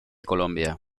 colombia